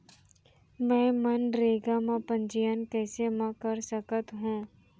मैं मनरेगा म पंजीयन कैसे म कर सकत हो?